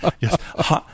Yes